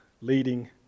leading